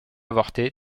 avorté